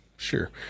Sure